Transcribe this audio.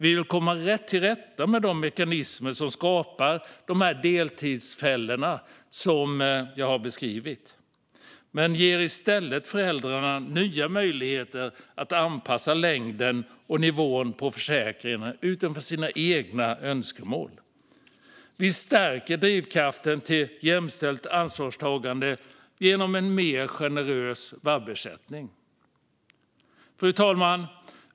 Vi vill komma till rätta med de mekanismer som skapar deltidsfällorna som jag har beskrivit, men vi ger i stället föräldrarna nya möjligheter att anpassa längden och nivån på försäkringen utifrån sina egna önskemål. Vi stärker drivkraften för jämställt ansvarstagande genom en mer generös vab-ersättning. Fru talman!